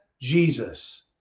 Jesus